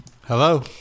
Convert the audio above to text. Hello